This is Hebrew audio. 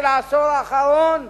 של העשור האחרון,